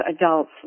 adults